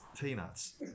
Peanuts